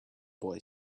boy